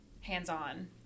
hands-on